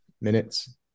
Minutes